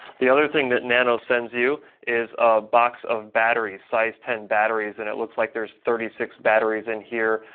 the other thing that nano sends you is a box of batteries, size ten batteries, and it looks like there's thirty six batteries in here,